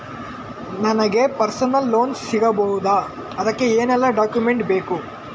ನನಗೆ personal loan ಸಿಗಬಹುದ ಅದಕ್ಕೆ ಏನೆಲ್ಲ ಡಾಕ್ಯುಮೆಂಟ್ ಬೇಕು?